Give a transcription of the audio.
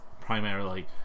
primarily